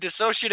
dissociative